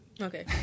Okay